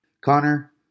Connor